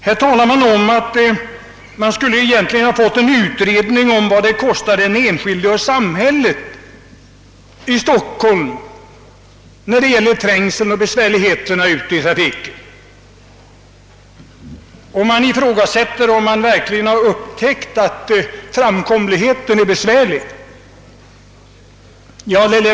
Här talas om att man skulle ha haft en utredning om vad trängseln och besvärligheterna i trafiken kostar den enskilde och samhället. Man ifrågasätter om det verkligen upptäckts att framkomligheten är besvärlig.